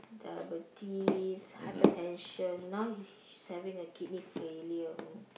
diabetes hypertension now she's having a kidney failure